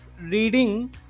reading